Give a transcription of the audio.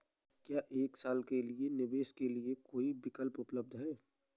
क्या एक साल के निवेश के लिए कोई विकल्प उपलब्ध है?